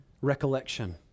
recollection